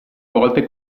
volte